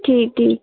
ठीक ठीक